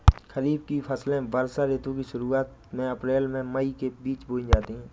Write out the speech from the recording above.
खरीफ की फसलें वर्षा ऋतु की शुरुआत में अप्रैल से मई के बीच बोई जाती हैं